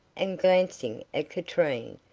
and glancing at katrine,